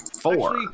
four